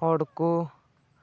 ᱦᱚᱲᱠᱚ